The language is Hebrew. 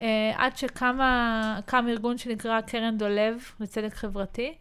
עד שקם ארגון שנקרא קרן דולב מצדק חברתי.